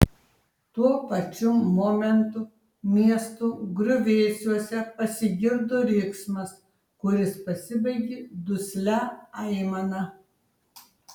tuo pačiu momentu miesto griuvėsiuose pasigirdo riksmas kuris pasibaigė duslia aimana